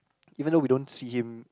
even though we don't see him